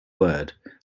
word